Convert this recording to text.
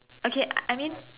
okay I mean